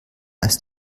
ist